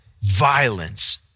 violence